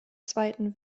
zweiten